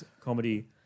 Comedy